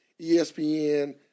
ESPN